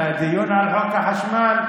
מהדיון על חוק החשמל,